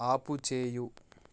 ఆపుచేయు